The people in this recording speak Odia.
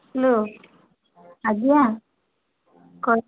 ହ୍ୟାଲୋ ଆଜ୍ଞା କ'ଣ